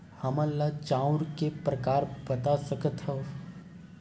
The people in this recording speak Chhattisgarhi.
हमन ला चांउर के प्रकार बता सकत हव?